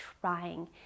trying